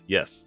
Yes